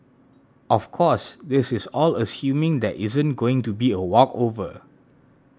of course this is all assuming there isn't going to be a walkover